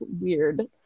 weird